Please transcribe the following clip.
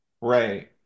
Right